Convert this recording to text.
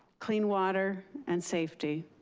clean water and safety.